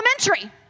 Elementary